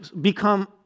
become